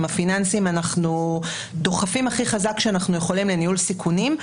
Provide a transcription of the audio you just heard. הפיננסיים אנחנו דוחפים הכי חזק שאנחנו יכולים לניהול סיכונים.